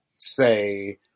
say